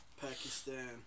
Pakistan